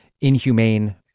inhumane